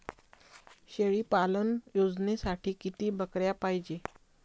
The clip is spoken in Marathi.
शेळी पालन योजनेसाठी किती बकऱ्या पायजे?